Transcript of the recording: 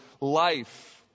life